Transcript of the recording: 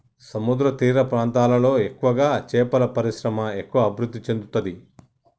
సముద్రతీర ప్రాంతాలలో ఎక్కువగా చేపల పరిశ్రమ ఎక్కువ అభివృద్ధి చెందుతది